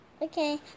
Okay